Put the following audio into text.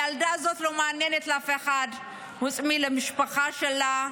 הילדה הזאת לא מעניינת אף אחד חוץ מאשר המשפחה שלה,